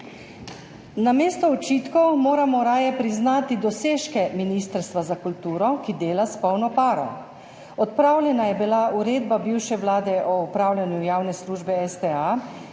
Namesto očitkov moramo raje priznati dosežke Ministrstva za kulturo, ki dela s polno paro. Odpravljena je bila uredba bivše vlade o upravljanju javne službe STA,